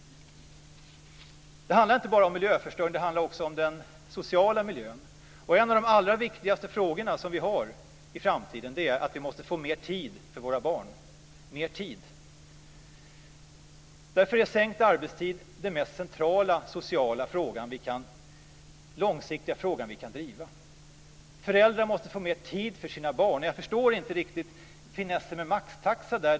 Det handlar inte bara om miljöförstöring, det handlar också om den sociala miljön. En av de allra viktigaste frågorna i framtiden är att vi måste få mer tid för våra barn. Mer tid! Därför är sänkt arbetstid den långsiktigt mest centrala sociala frågan vi kan driva. Föräldrar måste få mer tid för sina barn. Jag förstår inte finessen med maxtaxa.